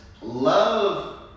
love